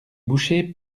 bouchers